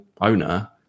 owner